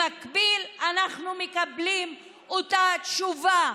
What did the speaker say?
במקביל, אנחנו מקבלים את אותה תשובה,